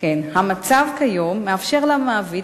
המצב כיום מאפשר למעביד,